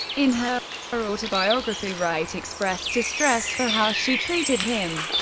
in her autobiography, wright expressed distress for how she treated him.